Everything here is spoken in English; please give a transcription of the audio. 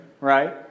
right